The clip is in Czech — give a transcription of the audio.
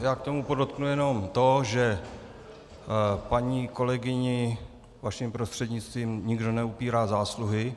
Já k tomu podotknu jenom to, že paní kolegyni vaším prostřednictvím nikdo neupírá zásluhy.